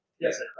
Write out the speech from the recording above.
Yes